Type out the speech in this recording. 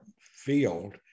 field